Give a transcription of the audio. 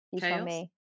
chaos